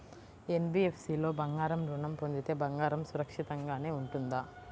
NBFC లో బంగారు ఋణం పొందితే బంగారం సురక్షితంగానే ఉంటుందా?